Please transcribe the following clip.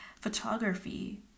photography